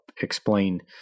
explain